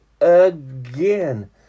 again